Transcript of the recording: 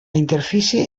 interfície